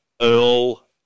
Earl